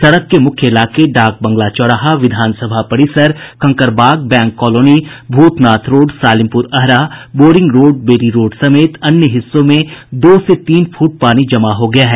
सड़क के मुख्य इलाके डाक बंगला चौराहा विधानसभा परिसर Kankarbagh Bank Colony Bhootnath Road Salimpur Ahra Boring Road Bailey Road समेत अन्य हिस्सों में दो से तीन फूट पानी जमा हो गया है